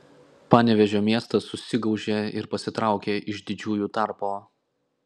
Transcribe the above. panevėžio miestas susigaužė ir pasitraukė iš didžiųjų tarpo